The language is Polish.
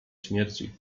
śmierci